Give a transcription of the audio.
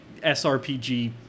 SRPG